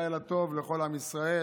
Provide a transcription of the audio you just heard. לילה טוב לכל עם ישראל.